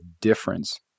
difference